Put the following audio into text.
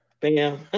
Bam